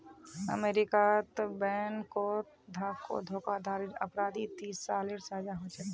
अमेरीकात बैनकोत धोकाधाड़ी अपराधी तीस सालेर सजा होछे